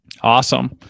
Awesome